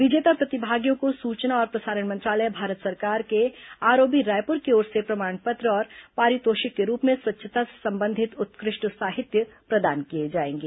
विजेता प्रतिभगियों को सूचना और प्रसारण मंत्रालय भारत सरकार के आरओबी रायपुर की ओर से प्रमाण पत्र और पारितोषिक के रूप में स्वच्छता से संबंधित उत्कृष्ट साहित्य प्रदान किए जाएंगे